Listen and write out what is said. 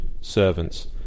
servants